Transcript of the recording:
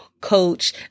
coach